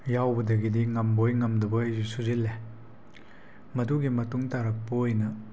ꯌꯥꯎꯕꯗꯒꯤꯗꯤ ꯉꯝꯕꯣꯏ ꯉꯝꯗꯕꯣꯏ ꯑꯩꯁꯨ ꯁꯨꯖꯤꯜꯂꯦ ꯃꯗꯨꯒꯤ ꯃꯇꯨꯡ ꯇꯥꯔꯛꯄ ꯑꯣꯏꯅ